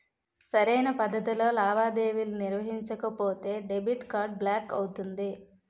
సరైన పద్ధతిలో లావాదేవీలు నిర్వహించకపోతే డెబిట్ కార్డ్ బ్లాక్ అవుతుంది